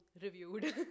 reviewed